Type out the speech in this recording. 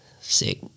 Sick